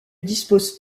dispose